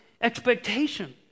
expectation